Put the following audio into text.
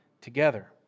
together